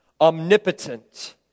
omnipotent